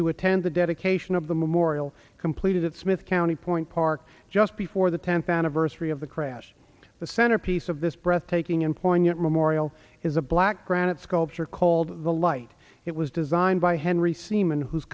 to attend the dedication of the memorial completed its county point park just before the tenth anniversary of the crash the centerpiece of this breathtaking and poignant memorial is a black granite sculpture called the light it was designed by henry seaman who